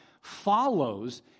follows